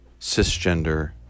cisgender